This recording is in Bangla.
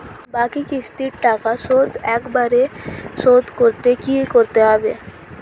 বাকি কিস্তির টাকা শোধ একবারে শোধ করতে কি করতে হবে?